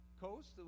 Coast